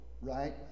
right